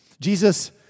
Jesus